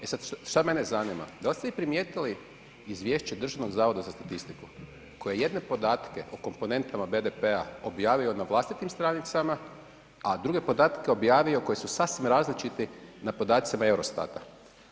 E sad, šta mene zanima da li ste vi primijetili izvješće Državnog zavoda za statistiku koji je jedne podatke o komponentama BDP-a objavio na vlastitim stranicama, a druge podatke objavio koji su sasvim različiti na podacima EUROSTAT-a.